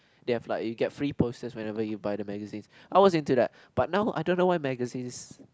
you have like you get free posters whenever you buy the magazines I was into that but now I don't know why magazines